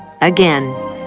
again